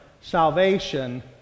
salvation